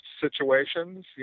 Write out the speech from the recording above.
situations